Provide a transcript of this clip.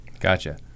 Gotcha